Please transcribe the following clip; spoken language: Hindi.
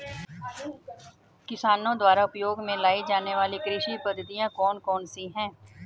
किसानों द्वारा उपयोग में लाई जाने वाली कृषि पद्धतियाँ कौन कौन सी हैं?